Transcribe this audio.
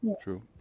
true